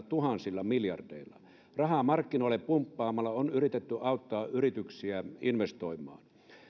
tuhansilla miljardeilla rahaa markkinoille pumppaamalla on yritetty auttaa yrityksiä investoimaan